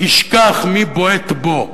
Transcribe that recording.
ישכח מי בועט בו.